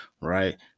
right